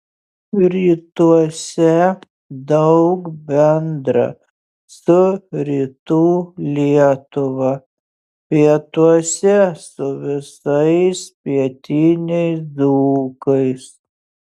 rytuose daug bendra su rytų lietuva pietuose su visais pietiniais dzūkais